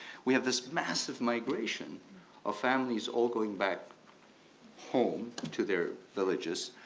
we have this massive migration of families all going back home to their villages,